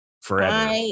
forever